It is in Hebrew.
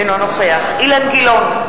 אינו נוכח אילן גילאון,